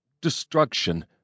Destruction